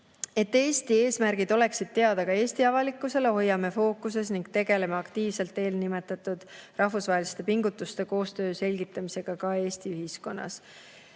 Et Eesti eesmärgid oleksid teada ka Eesti avalikkusele, hoiame fookuses ning tegeleme aktiivselt eelnimetatud [ühiste] rahvusvaheliste pingutuste selgitamisega ka Eesti ühiskonnas.